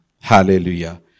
Hallelujah